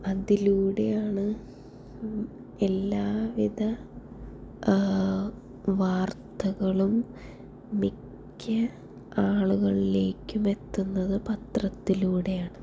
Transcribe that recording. അതിലൂടെയാണ് എല്ലാവിധ വാർത്തകളും മിക്ക ആളുകളിലേക്കും എത്തുന്നത് പത്രത്തിലൂടെയാണ്